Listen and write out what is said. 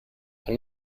kann